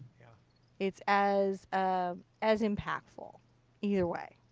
yeah it's as ah as impactful either way.